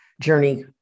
journey